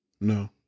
No